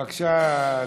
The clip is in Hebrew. בבקשה,